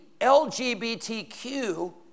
LGBTQ